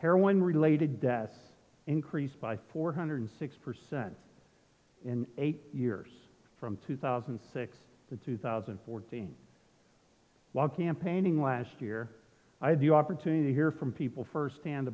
heroin related deaths increased by four hundred six percent in eight years from two thousand and six to two thousand and fourteen while campaigning last year i had the opportunity to hear from people firsthand